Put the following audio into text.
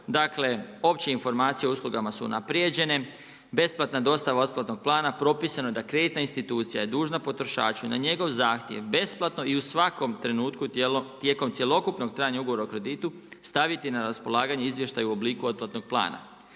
Dakle opće informacije o uslugama su unaprjeđene, besplatna dostava otplatnog plana, propisano je da kreditna institucija je dužna potrošaču na njegov zahtjev besplatno i u svakom trenutku tijekom cjelokupnog trajanja ugovora o kreditu, staviti na raspolaganje izvještaj u obliku otplatnog plana.